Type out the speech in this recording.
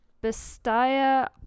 Bestia